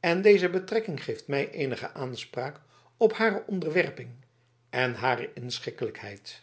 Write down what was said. en deze betrekking geeft mij eenige aanspraak op hare onderwerping op hare inschikkelijkheid